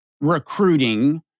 recruiting